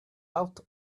out